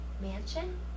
mansion